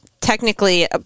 technically